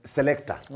Selector